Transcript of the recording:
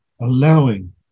allowing